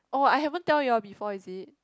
oh I haven't tell you all before is it